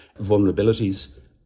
vulnerabilities